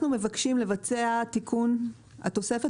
אנחנו מבקשים לבצע תיקון של התוספת